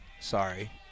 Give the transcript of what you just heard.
Sorry